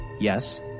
Yes